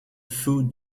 food